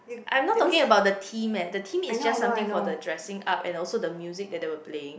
I am not talking about the theme leh the theme is just something for the dressing up and also the music that they were playing